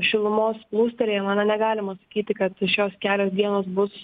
šilumos plūstelėjimą na negalima sakyti kad šios kelios dienos bus